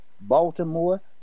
Baltimore